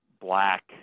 black